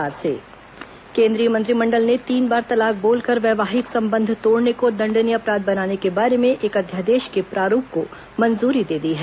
केन्द्रीय मंत्रिमंडल तीन तलाक केन्द्रीय मंत्रिमंडल ने तीन बार तलाक बोलकर वैवाहिक संबंध तोड़ने को दंडनीय अपराध बनाने के बारे में एक अध्यादेश के प्रारूप को मंजूरी दे दी है